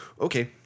Okay